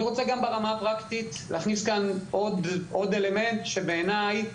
ברמה הפרקטית אני רוצה להכניס עוד אלמנט שבעיניי